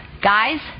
Guys